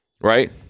Right